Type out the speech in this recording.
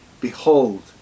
behold